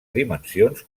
dimensions